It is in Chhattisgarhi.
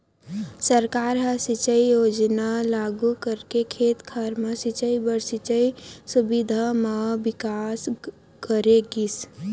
सरकार ह सिंचई योजना लागू करके खेत खार म सिंचई बर सिंचई सुबिधा म बिकास करे गिस